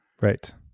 Right